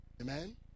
Amen